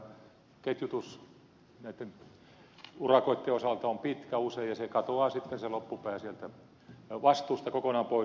ketjutus näitten urakoitten osalta on pitkä usein ja se katoaa se loppupää sieltä vastuusta kokonaan pois